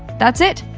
that's it,